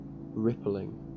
rippling